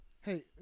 hey